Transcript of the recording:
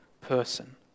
person